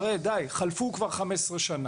חלפו כבר 15 שנה.